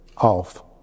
off